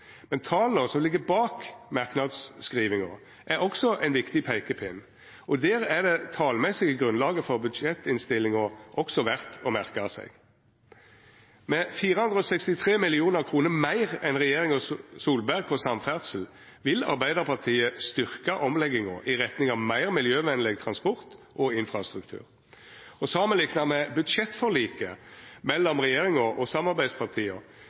men tala som ligg bak merknadsskrivinga, er også ein viktig peikepinn, og der er det talmessige grunnlaget for budsjettinnstillinga også verdt å merka seg: Med 463 mill. kr meir enn regjeringa Solberg på samferdsel vil Arbeidarpartiet styrkja omlegginga i retning av meir miljøvennleg transport og infrastruktur. Og samanlikna med budsjettforliket mellom regjeringa og samarbeidspartia